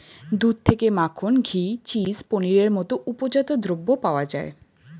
দুধ থেকে মাখন, ঘি, চিজ, পনিরের মতো উপজাত দ্রব্য পাওয়া যায়